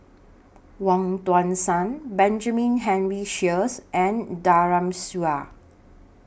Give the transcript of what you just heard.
Wong Tuang Seng Benjamin Henry Sheares and Daren Shiau